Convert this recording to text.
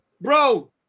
Bro